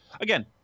again